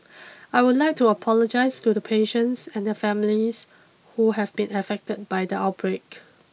I would like to apologise to the patients and their families who have been affected by the outbreak